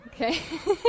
okay